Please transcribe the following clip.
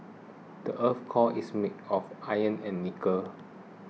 the earth's core is made of iron and nickel